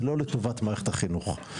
זה לא לטובת מערכת החינוך.